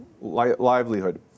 livelihood